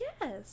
yes